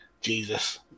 Jesus